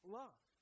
love